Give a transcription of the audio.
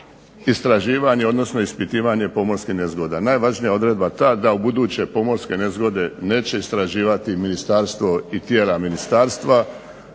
istraživanje, odnosno ispitivanje pomorskih nezgoda. Najvažnija je odredba ta da ubuduće pomorske nezgode neće istraživati ministarstvo i tijela ministarstva